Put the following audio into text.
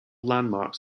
landmarks